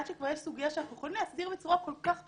עד שכבר יש סוגיה שאנחנו יכולים להסדיר בצורה כל כך פשוטה,